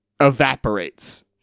evaporates